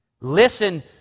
Listen